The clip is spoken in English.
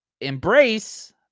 Embrace